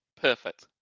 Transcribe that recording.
Perfect